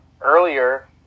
earlier